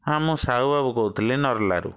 ହଁ ମୁଁ ସାହୁବାବୁ କହୁଥିଲି ନର୍ଲାରୁ